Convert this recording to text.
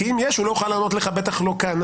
כי אם יש, הוא לא יוכל לענות לך, בטח לא כאן.